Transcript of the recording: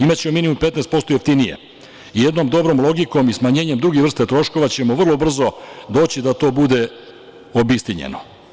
Imaćemo minimum 15% jeftinije i jednom dobrom logikom i smanjenjem drugih vrsta troškova ćemo vrlo brzo doći da to bude obistinjeno.